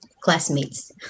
classmates